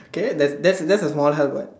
okay that that's just a small helmet